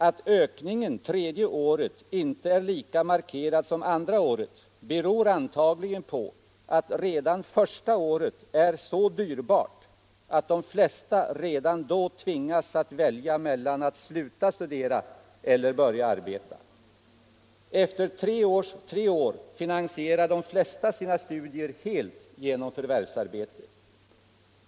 Att ökningen tredje året inte är lika markerad som andra året beror antagligen på att redan första året är så dyrbart att de flesta redan då tvingas att välja mellan att sluta studera eller börja arbeta. Efter tre år finansierar de flesta sina studier helt genom förvärvsarbete.